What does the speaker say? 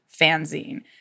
fanzine